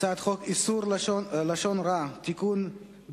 הצעת חוק איסור לשון הרע (תיקון,